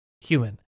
human